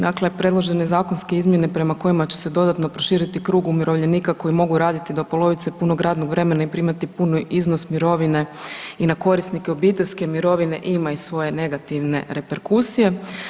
Dakle, predložene zakonske izmjene prema kojima će se dodatno proširiti krug umirovljenika koji mogu radit do polovice punog radnog vremena i primati puni iznos mirovine i na korisnike obiteljske mirovine ima i svoje negativne reperkusije.